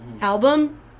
album